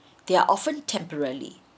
they're often temporarily